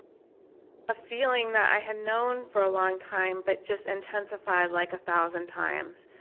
a feeling that i had known for a long time but just intensified like a thousand times.